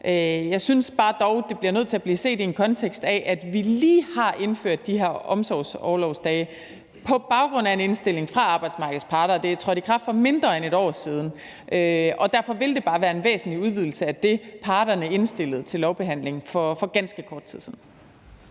Jeg synes dog bare, det bliver nødt til at blive set i en kontekst af, at vi lige har indført de her omsorgsorlovsdage på baggrund af en indstilling fra arbejdsmarkedets parter, og det er trådt i kraft for mindre end et år siden. Og derfor vil det bare være en væsentlig udvidelse af det, parterne indstillede til lovbehandling for ganske kort tid siden.